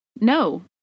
No